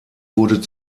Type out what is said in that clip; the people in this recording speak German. wurde